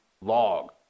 log